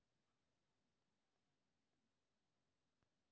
समाजिक योजना के भुगतान केना ल सके छिऐ?